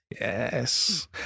Yes